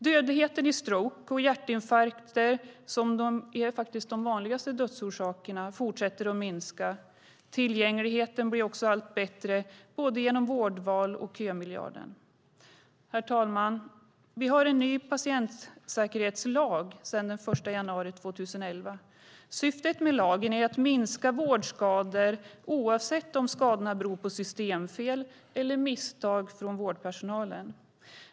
Dödligheten i stroke och hjärtinfarkter, som är de vanligaste dödsorsakerna, fortsätter att minska. Tillgängligheten blir också allt bättre, både genom vårdval och genom kömiljard. Herr talman! Vi har en ny patientsäkerhetslag sedan den 1 januari 2011. Syftet med lagen är att minska vårdskador oavsett om skadorna beror på systemfel eller misstag från vårdpersonalen.